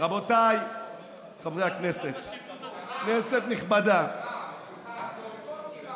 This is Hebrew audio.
רבותיי חברי הכנסת, גם בשיפוט